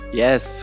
yes